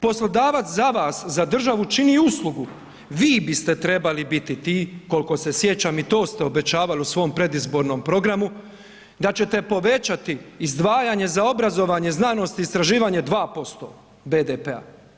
Poslodavac za vas, za državu čini uslugu, vi biste trebali biti ti koliko se sjećam i to ste obećavali u svom predizbornom programu, da ćete povećati izdvajanje za obrazovanje, znanosti i istraživanje 2% BDP-a.